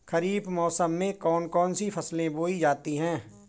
खरीफ मौसम में कौन कौन सी फसलें बोई जाती हैं?